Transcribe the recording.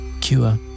cure